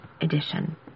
edition